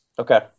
Okay